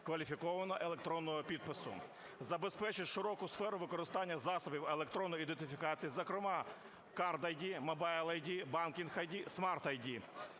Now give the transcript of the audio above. кваліфікованого електронного підпису, забезпечить широку сферу використання засобів електронної ідентифікації, зокрема CardID, MobileID, BankID, SmartID.